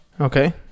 Okay